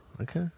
Okay